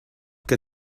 que